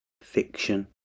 fiction